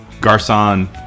Garcon